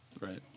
Right